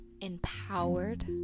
empowered